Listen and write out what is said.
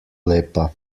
lepa